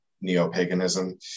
neo-paganism